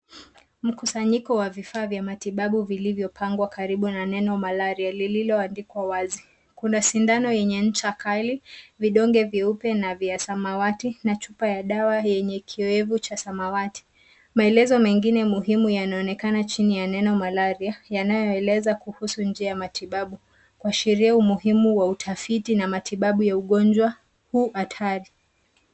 Mkusanyiko wa vifaa vya matibabu vilivyopangwa karibu na neno malaria lililoandikwa wazi. Kuna sindano yenye ncha kali, vidonge vyeupe na vya samawati na chupa ya dawa yenye kiwewevu cha samawati. Maelezo mengine muhimu yanaonekana chini ya neno malaria yanayoeleza kuhusu njia ya matibabu, kuashiria umuhimu wa utafiti na matibabu ya ugonjwa huu hatari.